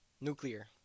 Nuclear